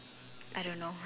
I don't know